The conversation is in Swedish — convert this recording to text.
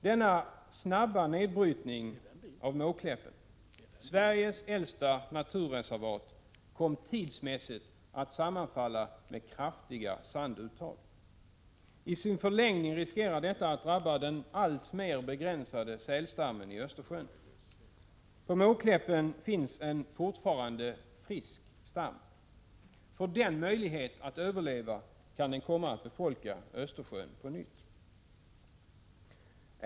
Denna snabba nedbrytning av Måkläppen, Sveriges äldsta naturreservat, kom tidsmässigt att sammanfalla med kraftiga sanduttag. I sin förlängning riskerar detta att drabba den alltmer begränsade sälstammen i Östersjön. På Måkläppen finns en fortfarande frisk stam. Får den möjlighet att överleva, kan den komma att ”befolka” Östersjön på nytt.